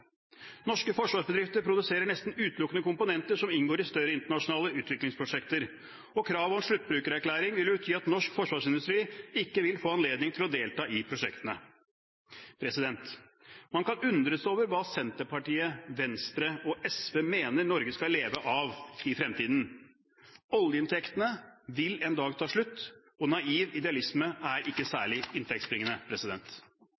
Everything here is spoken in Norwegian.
Norske forsvarsbedrifter produserer nesten utelukkende komponenter som inngår i større internasjonale utviklingsprosjekter, og kravet om sluttbrukererklæring vil bety at norsk forsvarsindustri ikke vil få anledning til å delta i prosjektene. Man kan undres over hva Senterpartiet, Venstre og SV mener Norge skal leve av i fremtiden. Oljeinntektene vil en dag ta slutt, og naiv idealisme er ikke